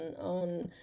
on